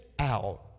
out